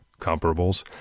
comparables